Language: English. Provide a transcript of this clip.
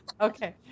Okay